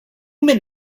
min